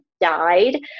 died